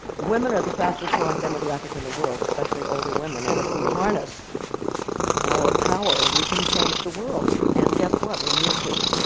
women are the fastest growing demographic in the world, especially older women. and if we harness our power, we can change the world. and guess what? we need to.